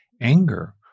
anger